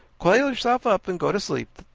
coil yourself up and go to sleep.